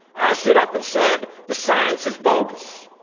i stood up and said the science is bogus.